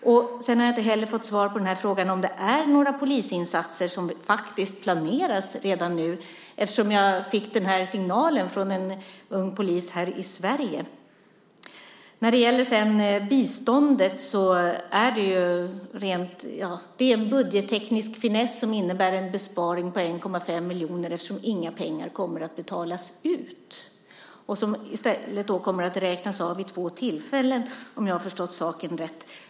Jag har inte heller fått svar på frågan om några polisinsatser planeras redan nu, något som jag fick en signal om av en ung polis här i Sverige. När det sedan gäller biståndet är det en budgetteknisk finess som innebär en besparing på 1,5 miljoner, eftersom inga pengar kommer att betalas ut. I stället kommer de att räknas av vid två tillfällen, om jag har förstått saken rätt.